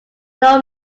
know